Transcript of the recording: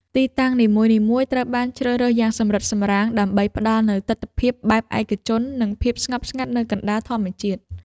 ទីតាំងនីមួយៗត្រូវបានជ្រើសរើសយ៉ាងសម្រិតសម្រាំង ដើម្បីផ្ដល់នូវទិដ្ឋភាពបែបឯកជន និងភាពស្ងប់ស្ងាត់នៅកណ្ដាលធម្មជាតិ។